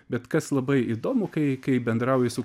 bet kas labai įdomu kai kai bendrauji su